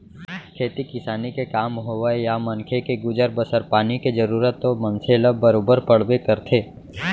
खेती किसानी के काम होवय या मनखे के गुजर बसर पानी के जरूरत तो मनसे ल बरोबर पड़बे करथे